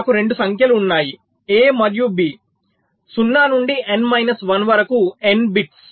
నాకు 2 సంఖ్యలు ఉన్నాయి A మరియు B 0 నుండి n మైనస్ 1 వరకు n బిట్స్